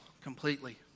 completely